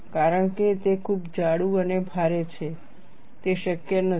કારણ કે તે ખૂબ જાડું અને ભારે છે તે શક્ય નથી